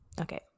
Okay